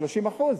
30%?